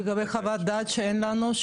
לגבי חוות דעת שאין לנו,